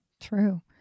true